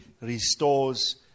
restores